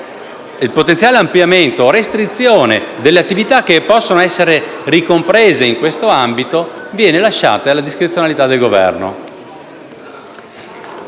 il potenziale ampliamento o restrizione delle attività che possono essere ricomprese in questo ambito viene lasciato alla discrezionalità del Governo.